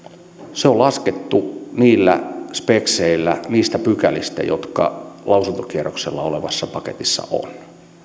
se on laskettu niillä spekseillä niistä pykälistä jotka lausuntokierroksella olevassa paketissa ovat